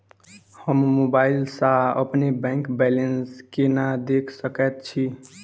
हम मोबाइल सा अपने बैंक बैलेंस केना देख सकैत छी?